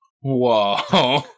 Whoa